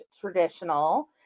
traditional